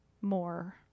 more